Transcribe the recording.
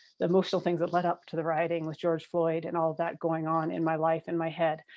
the emotional things that led up to the rioting with george floyd and all of that going on in my life, in my head.